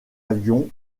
avions